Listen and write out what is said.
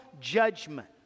judgment